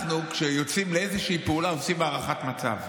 כשיוצאים לאיזושהי פעולה עושים הערכת מצב.